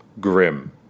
Grim